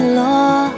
law